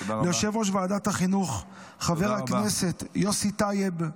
ליושב-ראש ועדת החינוך חבר הכנסת יוסי טייב.